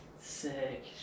Sick